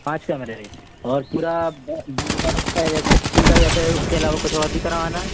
पाँच कमरे और पूरा बल्ब वल्ब का इलेक्ट्रीसिटी का या फिर उसके अलावा कुछ और भी करवाना है